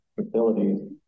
facilities